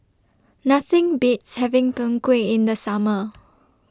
Nothing Beats having Png Kueh in The Summer